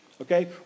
Okay